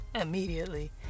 immediately